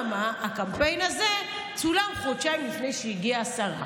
אממה, הקמפיין הזה צולם חודשיים לפני שהגיעה השרה,